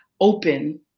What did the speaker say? open